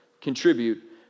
contribute